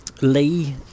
Lee